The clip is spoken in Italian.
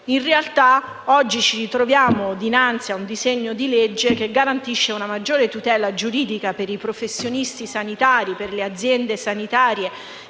In realtà, oggi ci troviamo dinanzi a un disegno di legge che garantisce una maggiore tutela giuridica ai professionisti sanitari, alle aziende sanitarie